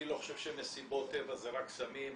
אני לא חושב שמסיבות טבע זה רק סמים,